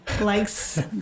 likes